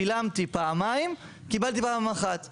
שילמתי פעמיים קיבלתי פעם אחת.